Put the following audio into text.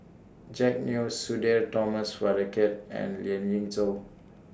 Jack Neo Sudhir Thomas Vadaketh and Lien Ying Chow